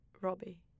Robbie